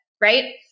right